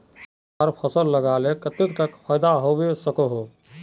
एक बार फसल लगाले कतेक तक फायदा होबे सकोहो होबे?